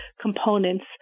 components